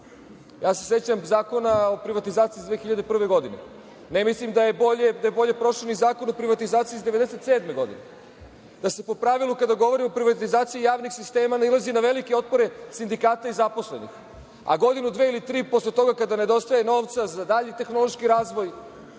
radi. Sećam se Zakona o privatizaciji iz 2001. godine. Ne mislim da je bolje prošao ni Zakon o privatizaciji iz 1997. godine, da se po pravilu kada se govori o privatizaciji javnih sistema nailazi na velike otpore sindikata i zaposlenih, a godinu, dve ili tri posle toga kada nedostaje novca za dalji tehnološki razvoj,